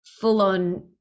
full-on